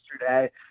yesterday